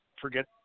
forget